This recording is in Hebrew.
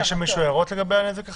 יש למישהו הערות לגבי הנזק החמור?